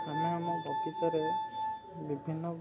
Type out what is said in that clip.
ଆମେ ଆମ ବଗିଚାରେ ବିଭିନ୍ନ